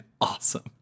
awesome